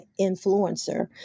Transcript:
influencer